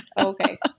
Okay